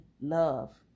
love